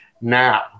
now